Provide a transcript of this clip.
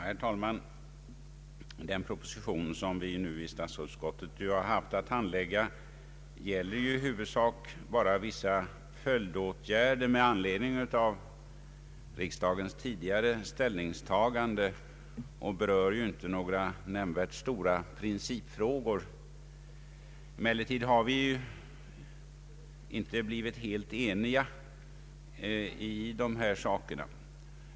Herr talman! Den proposition som vi haft att behandla i statsutskottet gäller i huvudsak vissa följdåtgärder med anledning av riksdagens tidigare ställningstaganden. Propositionen berör inte några särskilt stora principfrågor. Vi har emellertid inte blivit helt eniga.